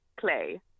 clay